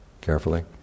carefully